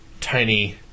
tiny